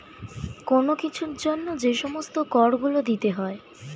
কোন কিছুর জন্য যে সমস্ত কর গুলো দিতে হয়